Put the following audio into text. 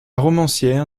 romancière